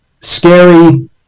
scary